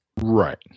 right